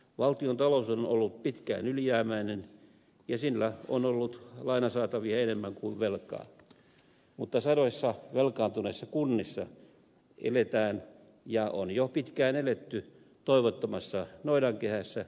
valtiontalous on ollut pitkään ylijäämäinen ja sillä on ollut lainasaatavia enemmän kuin velkaa mutta sadoissa velkaantuneissa kunnissa eletään ja on jo pitkään eletty toivottomassa noidankehässä